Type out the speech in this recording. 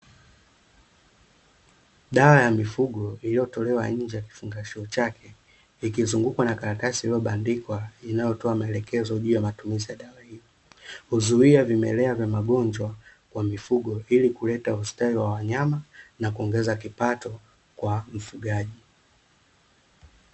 Dawa ya mifugo iliyotolewa nje ya kifungashio chake ikizungukwa na karatasi lililobandikwa, inayotoa maelekezo juu ya matumizi ya dawa hiyo. Huzuia vimelea vya magonjwa kwa mifugo ili kuleta ustawi wa wanyama, na kuongeza kipato kwa mfugaji.